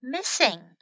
Missing